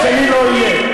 השני לא יהיה.